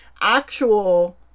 actual